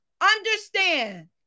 Understand